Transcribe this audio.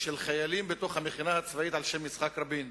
של החיילים במכינה הקדם-צבאית על שם יצחק רבין,